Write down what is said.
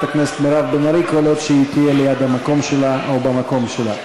הכנסת מירב בן ארי כל עוד היא תהיה ליד המקום שלה או במקום שלה.